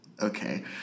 okay